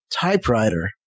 typewriter